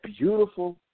beautiful